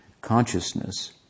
Consciousness